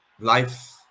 life